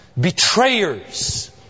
betrayers